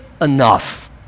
enough